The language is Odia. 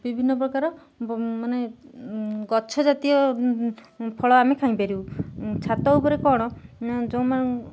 ବିଭିନ୍ନ ପ୍ରକାର ମାନେ ଗଛ ଜାତୀୟ ଫଳ ଆମେ ଖାଇପାରୁ ଛାତ ଉପରେ କ'ଣ ନା ଯେଉଁମାନେ